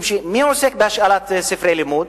מי עוסק בהשאלת ספרי הלימוד?